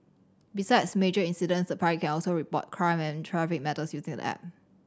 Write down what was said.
besides major incidents the public can also report crime and traffic matters using the app